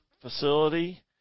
facility